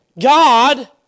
God